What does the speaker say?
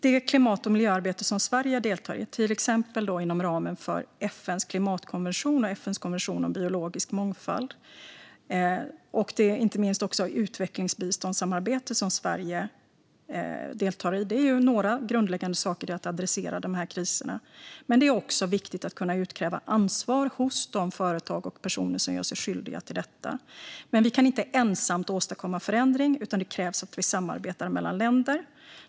Det klimat och miljöarbete som Sverige deltar i, till exempel inom ramen för FN:s klimatkonvention och FN:s konvention om biologisk mångfald, och inte minst det utvecklingsbiståndssamarbete som Sverige deltar i är några grundläggande saker i att adressera de här kriserna. Det är också viktigt att kunna utkräva ansvar hos de personer och företag som gör sig skyldiga till detta. Men Sverige kan inte ensamt åstadkomma förändring, utan det krävs att vi samarbetar mellan länder.